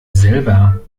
selber